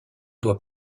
doit